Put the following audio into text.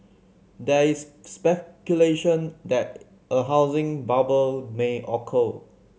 there is speculation that a housing bubble may occur